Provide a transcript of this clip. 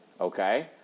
okay